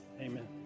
amen